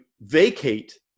vacate